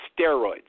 steroids